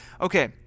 Okay